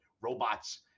robots